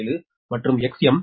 027 மற்றும் Xm 8013